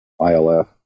ILF